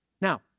Now